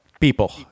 people